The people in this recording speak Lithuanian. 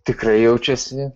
tikrai jaučiasi